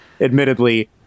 admittedly